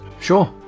Sure